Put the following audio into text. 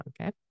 Okay